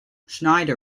schneider